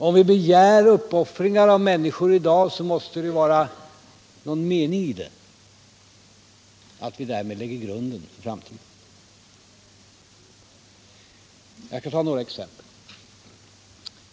Om vi begär uppoffringar av människorna i dag, så måste det ju vara någon mening i det — att vi därmed lägger grunden för framtiden. Jag skall ta några exempel.